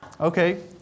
Okay